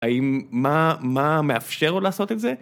‫האם... מה מאפשר לו לעשות את זה?